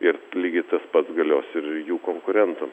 ir lygiai tas pat galios ir jų konkurentam